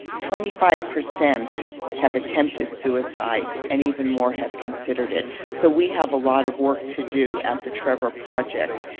twenty five percent have attempted suicide, and even more have considered it. so we have a lot of work to do at the trevor project.